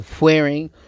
wearing